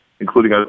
including